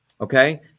okay